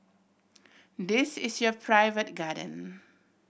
this is your private garden